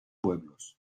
pueblos